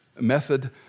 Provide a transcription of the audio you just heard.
method